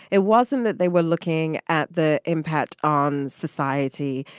it wasn't that they were looking at the impact on society.